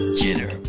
jitter